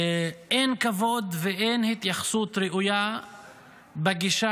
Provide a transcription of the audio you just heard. אין כבוד ואין התייחסות ראויה בגישה